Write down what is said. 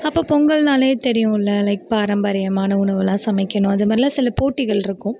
அப்போ பொங்கல்னாலே தெரியும்லே லைக் பாரம்பரியமான உணவெலாம் சமைக்கணும் அதுமாதிரிலாம் சில போட்டிகள் இருக்கும்